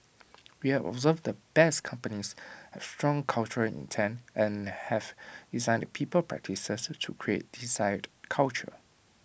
we have observed that best companies have strong cultural intent and have designed people practices to create desired culture